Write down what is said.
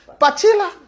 Patila